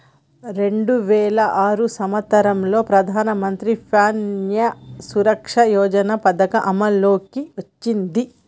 రెండు వేల ఆరు సంవత్సరంలో ప్రధానమంత్రి ప్యాన్య సురక్ష యోజన పథకం అమల్లోకి వచ్చింది